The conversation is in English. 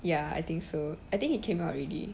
ya I think so I think he came out already